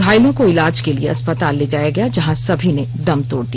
घायलों को इलाज के लिए अस्पताल ले जाया गया जँहा सभी ने दम तोड़ दिया